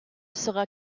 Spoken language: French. sera